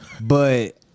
but-